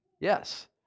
Yes